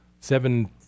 seven